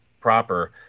proper